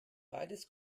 beides